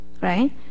right